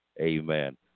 Amen